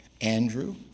Andrew